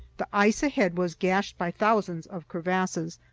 the ice ahead was gashed by thousands of crevasses,